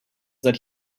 that